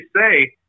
say